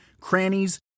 crannies